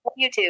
YouTube